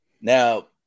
Now